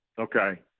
Okay